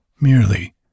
merely